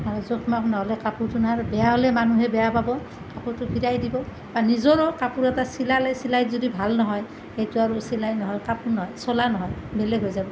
আৰু জোখ মাখ নহ'লে কাপোৰটো আৰু বেয়া হ'লে মানুহে বেয়া পাব কাপোৰটো ফিৰাই দিব বা নিজৰো কাপোৰ এটা চিলালে চিলাই যদি ভাল নহয় সেইটো আৰু চিলাই নহয় কাপোৰ নহয় চোলা নহয় বেলেগ হৈ যাব